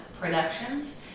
Productions